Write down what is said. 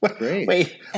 Wait